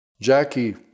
Jackie